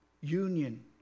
Union